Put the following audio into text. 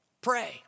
Pray